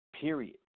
period